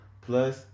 plus